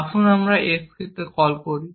আসুন আমরা তাদের s কল করি